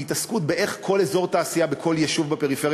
מהתעסקות איך כל אזור תעשייה בכל יישוב בפריפריה